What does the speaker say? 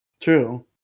True